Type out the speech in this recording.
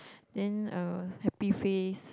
then uh happy face